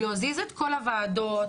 להזיז את כל הוועדות',